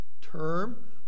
term